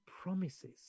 promises